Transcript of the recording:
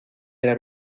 era